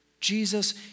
Jesus